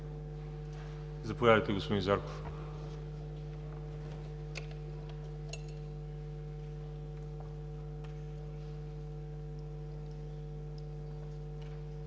Заповядайте, господин Зарков.